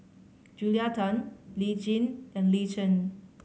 Julia Tan Lee Tjin and Lee Chen